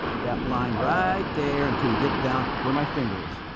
that line right there until you get down to where my finger is,